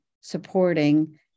supporting